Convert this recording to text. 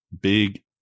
big